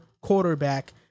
quarterback